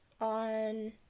On